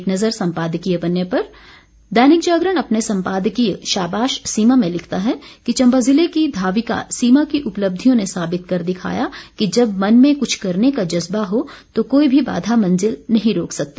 एक नज़र संपादकीय पन्ने पर दैनिक जागरण अपने संपादकीय शाबाश सीमा में लिखता है कि चंबा जिले की धाविका सीमा की उपलब्धियों ने साबित कर दिखाया कि जब मन में कुछ करने का जज्बा हो तो कोई भी बाधा मंजिल रोक नहीं सकती